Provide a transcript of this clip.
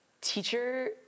teacher